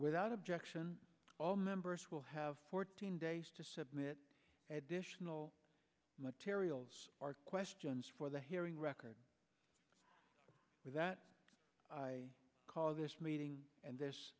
without objection all members will have fourteen days to submit additional materials questions for the hearing record with that call this meeting and th